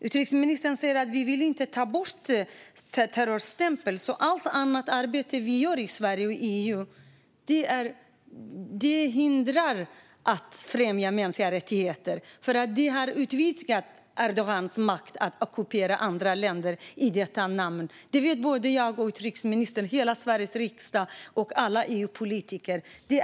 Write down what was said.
Utrikesministern säger att man inte vill ta bort terrorstämpeln, och detta hindrar allt arbete som vi gör i Sverige och EU för att främja mänskliga rättigheter därför att det utvidgar Erdogans makt att ockupera andra länder. Detta vet både jag och utrikesministern, hela Sveriges riksdag och alla EUpolitiker.